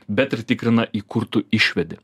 bet ir tikrina į kur tu išvedi